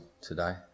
today